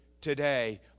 today